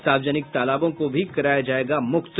सार्वजनिक तालाबों को भी कराया जायेगा मुक्त